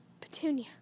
petunia